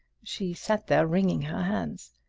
she sat there, wringing her hands.